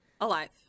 Alive